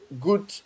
good